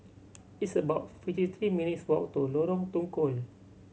it's about fifty three minutes' walk to Lorong Tukol